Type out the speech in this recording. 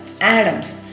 Adams